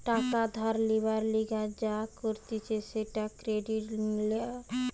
টাকা ধার লিবার লিগে যা করতিছে সেটা ক্রেডিট লওয়া